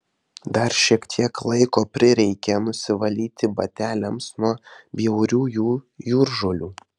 dar šiek tiek laiko prireikė nusivalyti bateliams nuo bjauriųjų jūržolių